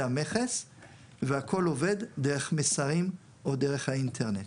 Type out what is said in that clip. המכס והכול עובד דרך מסרים או דרך האינטרנט.